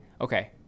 okay